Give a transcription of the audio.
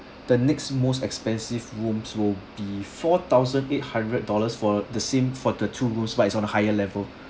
the next most expensive rooms will be four thousand eight hundred dollars for the same for the two rooms but is on a higher level